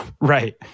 Right